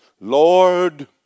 Lord